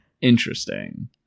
Interesting